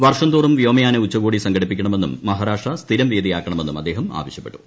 വർഷംതോറും വ്യോമയാന ഉച്ചക്കോടി സംഘടിപ്പിക്കണ മെന്നും മഹാരാഷ്ട്ര സ്ഥിരം വേദിയാക്കണമെന്നും അദ്ദേഹം ആവശ്യപ്പെട്ടു